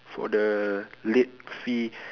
for the late fee